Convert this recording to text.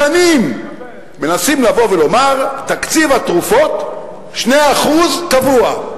שנים מנסים לבוא ולומר: תקציב התרופות 2% קבוע.